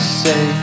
say